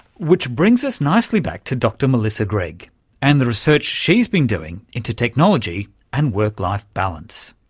which brings us nicely back to dr melissa gregg and the research she's been doing into technology and work-life balance.